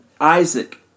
Isaac